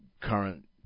current